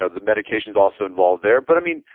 ah the medication's also involved there. but i mean,